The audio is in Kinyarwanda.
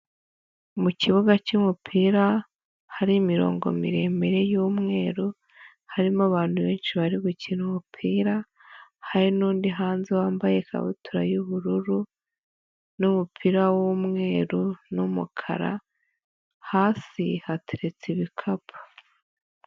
Mu kibuga cy'umupira hari imirongo miremire y'umweru, harimo abantu benshi bari gukina umupira, hari n'undi hanze wambaye ikabutura y'ubururu, n'umupira w'umweru n'umukara, hasi hateretse ibikapu.